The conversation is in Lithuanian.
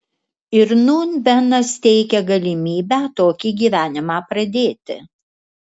ir nūn benas teikia galimybę tokį gyvenimą pradėti